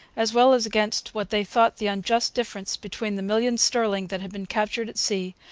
as well as against what they thought the unjust difference between the million sterling that had been captured at sea,